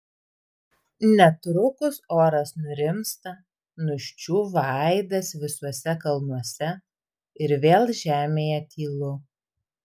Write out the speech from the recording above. netrukus oras nurimsta nuščiūva aidas visuose kalnuose ir vėl žemėje tylu